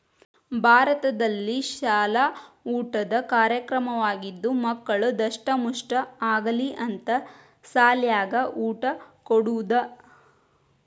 ಭಾರತದಲ್ಲಿಶಾಲ ಊಟದ ಕಾರ್ಯಕ್ರಮವಾಗಿದ್ದು ಮಕ್ಕಳು ದಸ್ಟಮುಷ್ಠ ಆಗಲಿ ಅಂತ ಸಾಲ್ಯಾಗ ಊಟ ಕೊಡುದ